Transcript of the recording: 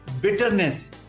bitterness